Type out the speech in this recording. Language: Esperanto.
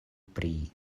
pri